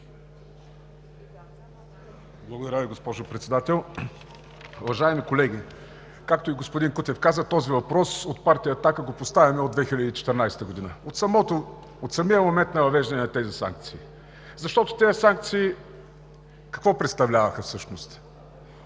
Благодаря Ви, госпожо Председател. Уважаеми колеги, както и господин Кутев каза, този въпрос от партия „Атака“ поставяме от 2014 г., от самия момент на въвеждане на тези санкции. Защото тези санкции какво представляваха всъщност?